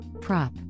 Prop